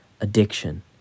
addiction